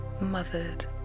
mothered